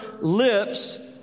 lips